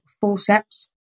forceps